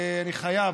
אני חייב,